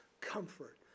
comfort